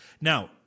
Now